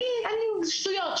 ושטויות,